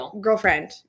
girlfriend